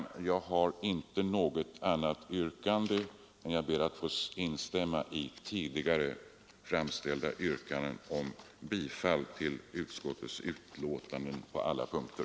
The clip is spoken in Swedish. Jag har inte något annat yrkande än om bifall till utskottets hemställan på alla punkter.